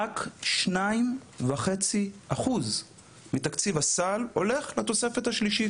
רק 2.5% מתקציב הסל הולך לתוספת השלישית